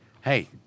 hey